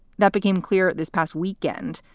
that became clear this past weekend,